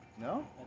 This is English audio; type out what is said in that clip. No